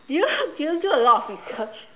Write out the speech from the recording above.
do you do you do a lot of research